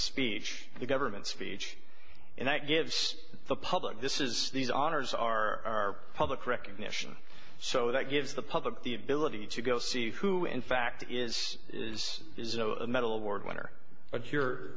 speech the government speech and that gives the public this is these honors are public recognition so that gives the public the ability to go see who in fact is is a medal award winner but you're